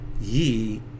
ye